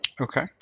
Okay